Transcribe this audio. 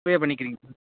இப்பயே பண்ணிக்கிறிங்களா